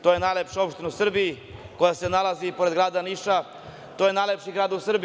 To je najlepša opština u Srbiji koja se nalazi pored grada Niša, to je najlepši grad u Srbiji.